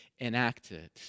enacted